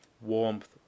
warmth